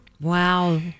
Wow